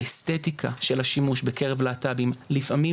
האסטטיקה של השימוש בקרב להט"בים לפעמים